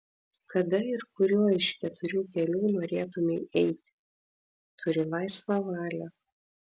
kada ir kuriuo iš keturių kelių norėtumei eiti turi laisvą valią